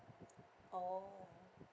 oh